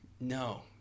No